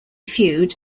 feud